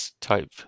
type